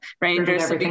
Rangers